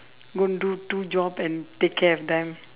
go and do two job and take care of them